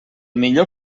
millor